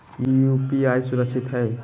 की यू.पी.आई सुरक्षित है?